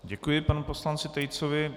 Děkuji panu poslanci Tejcovi.